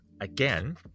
again